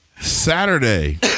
Saturday